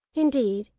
indeed,